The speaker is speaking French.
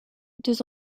deux